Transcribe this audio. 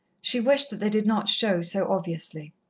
she wished that they did not show so obviously.